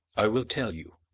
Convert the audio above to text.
i will tell you.